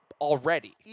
already